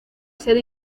sede